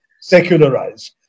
secularized